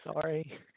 sorry